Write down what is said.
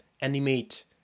animate